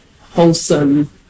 wholesome